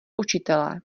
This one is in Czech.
učitelé